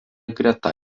greta